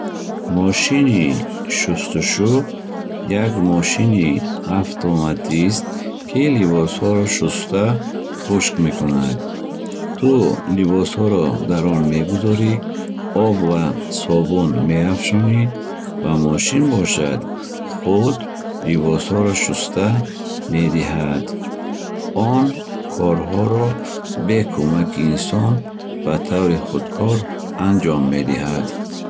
Мошини шустушӯ як мошини автоматист, ки либосҳоро шуста, хушк мекунад. Ту либосҳоро дар он мегузорӣ, об ва собун меафшонӣ, ва мошин бошад худ либосҳоро шуста медиҳад. Он корҳоро бе кӯмаки инсон ба таври худкор анҷом медиҳад.